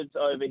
over